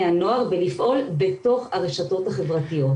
הנוער ולפעול בתוך הרשתות החברתיות.